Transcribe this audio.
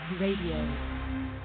radio